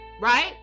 right